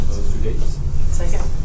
Second